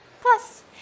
Plus